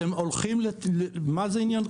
מה העניין?